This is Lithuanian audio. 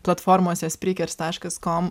platformose spreakers taškas kom